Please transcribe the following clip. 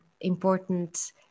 important